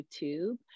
YouTube